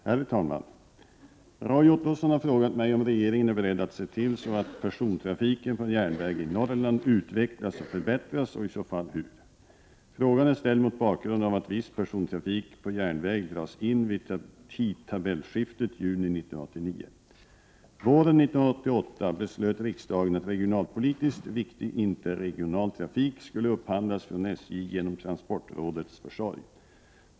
Herr talman! Roy Ottosson har frågat mig om regeringen är beredd att se till så att persontrafiken på järnväg i Norrland utvecklas och förbättras, och i så fall hur. Frågan är ställd mot bakgrund av att viss persontrafik på järnväg dras in vid tidtabellsskiftet i juni 1989. Våren 1988 beslöt riksdagen att regionalpolitiskt viktig interregional trafik skulle upphandlas från SJ genom transportrådets försorg.